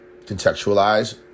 contextualize